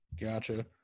gotcha